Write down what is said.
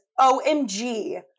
OMG